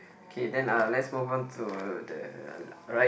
okay then uh let's move on to the right